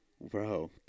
Bro